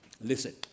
Listen